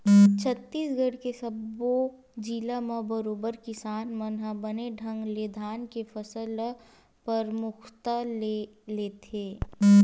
छत्तीसगढ़ के सब्बो जिला म बरोबर किसान मन ह बने ढंग ले धान के फसल ल परमुखता ले लेथे